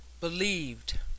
believed